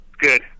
Good